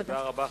תודה רבה,